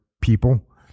people